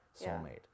soulmate